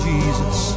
Jesus